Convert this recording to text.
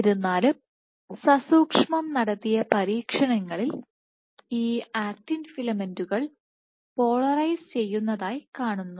എന്നിരുന്നാലും സസൂക്ഷ്മം നടത്തിയ പരീക്ഷണങ്ങളിൽ ഈ ആക്റ്റിൻ ഫിലമെന്റുകൾ പോളറൈസ് ചെയ്യുന്നതായി കാണുന്നു